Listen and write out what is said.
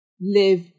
live